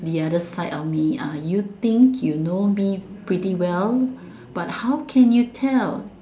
the other side of me ah you think you know me pretty well but how can you tell